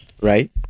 right